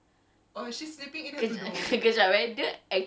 ya ya like kat rumah ya